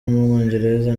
w’umwongereza